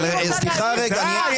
סליחה רגע.